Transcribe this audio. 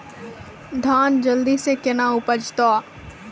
धान जल्दी से के ना उपज तो?